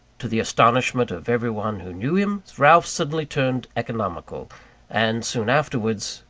to the astonishment of everyone who knew him, ralph suddenly turned economical and, soon afterwards,